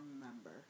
remember